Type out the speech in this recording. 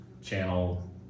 channel